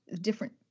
different